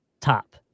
top